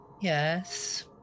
Yes